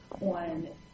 on